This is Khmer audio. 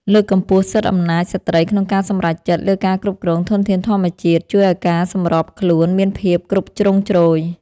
លើកកម្ពស់សិទ្ធិអំណាចស្ត្រីក្នុងការសម្រេចចិត្តលើការគ្រប់គ្រងធនធានធម្មជាតិជួយឱ្យការសម្របខ្លួនមានភាពគ្រប់ជ្រុងជ្រោយ។